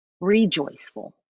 rejoiceful